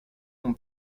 non